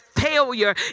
failure